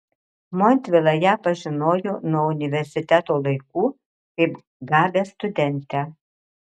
montvila ją pažinojo nuo universiteto laikų kaip gabią studentę